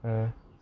ah